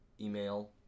Email